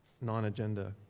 non-agenda